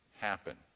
happen